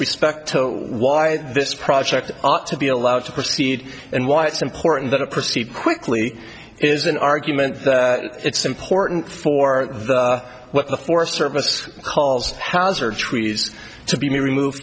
respect to why this project ought to be allowed to proceed and why it's important that a proceed quickly is an argument that it's important for what the forest service calls hauser trees to be removed